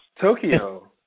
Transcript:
Tokyo